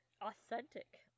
Authentic